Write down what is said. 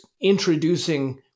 introducing